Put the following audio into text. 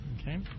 Okay